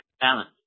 balance